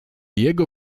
jego